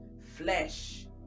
Flesh